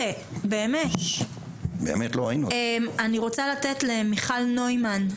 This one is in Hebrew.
אני רוצה לתת למיכל נוימן,